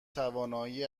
توانایی